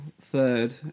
third